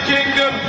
Kingdom